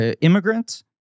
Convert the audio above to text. immigrant